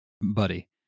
Buddy